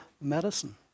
medicine